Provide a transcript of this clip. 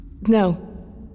No